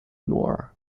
noir